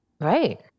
Right